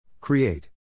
Create